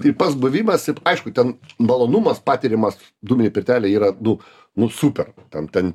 tai pats buvimas aišku ten malonumas patiriamas dūminėj pirtelėj yra du nu super ten ten